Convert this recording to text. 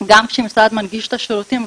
גם כשמשרד מנגיש את השירותים,